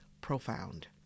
profound